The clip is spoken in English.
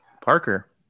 Parker